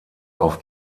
auf